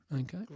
Okay